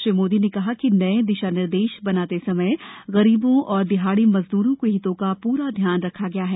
श्री मोदी ने कहा कि नये दिशा निर्देश बनाते समय गरीबों और दिहाड़ी मजदूरों के हितों का पूरा ध्यान रखा गया है